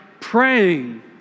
praying